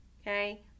Okay